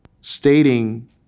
stating